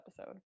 episode